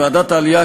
ועדת העלייה,